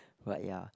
but ya